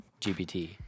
GPT